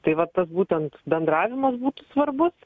tai va tas būtent bendravimas būtų svarbus